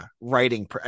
writing